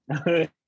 Okay